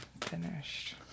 finished